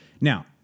Now